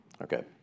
Okay